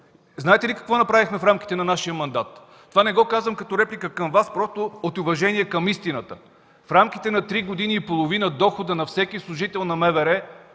Знаете ли какво направихме в рамките на нашия мандат? Това не го казвам като реплика към Вас, просто от уважение към истината. В рамките на три години и половина доходът на всеки служител на МВР,